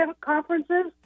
conferences